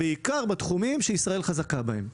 בעיקר בתחומים שישראל חזקה בהם.